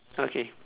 okay